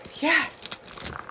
Yes